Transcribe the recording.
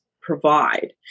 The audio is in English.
provide